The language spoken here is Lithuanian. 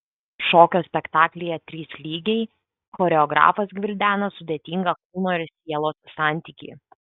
šokio spektaklyje trys lygiai choreografas gvildena sudėtingą kūno ir sielos santykį